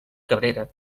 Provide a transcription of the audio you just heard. cabrera